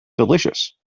delicious